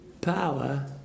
power